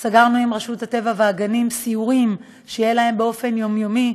סגרנו עם רשות הטבע והגנים סיורים שיהיו להם באופן יומיומי,